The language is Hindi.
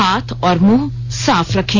हाथ और मुंह साफ रखें